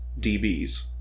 DBs